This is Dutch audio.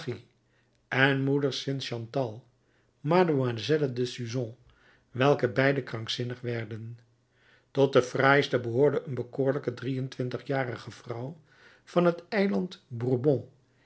en moeder st chantal mlle de suzon welke beide krankzinnig werden tot de fraaiste behoorde een bekoorlijke drie en twintigjarige vrouw van het eiland